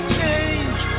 change